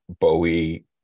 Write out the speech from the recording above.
Bowie